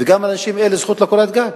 וגם לאנשים אלה זכות לקורת גג.